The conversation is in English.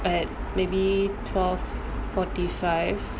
at maybe twelve forty five